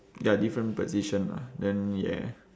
ya different position lah then yeah